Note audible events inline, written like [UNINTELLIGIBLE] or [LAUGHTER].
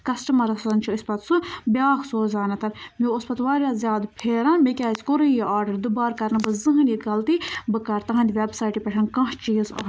کَسٹَمَرَس سوزان چھِ أسۍ پَتہٕ سُہ بیٛاکھ سوزان مےٚ اوس پَتہٕ واریاہ زیادٕ پھیران مےٚ کیٛازِ کوٚرُے یہِ آرڈَر دُبارٕ کَرٕنہٕ بہٕ زٕہۭنۍ یہِ غلطی بہٕ کَرٕ تٕہٕنٛدِ وٮ۪بسایٹہِ پٮ۪ٹھ کانٛہہ چیٖز [UNINTELLIGIBLE]